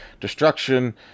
destruction